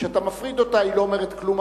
כשאתה מפריד אותה היא לא אומרת כלום,